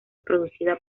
producida